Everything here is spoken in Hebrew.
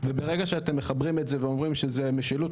וברגע שאתם מחברים את זה ואומרים שזה משילות,